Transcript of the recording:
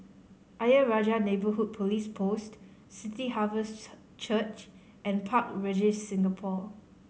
Ayer Rajah Neighbourhood Police Post City Harvest Church and Park Regis Singapore